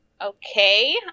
Okay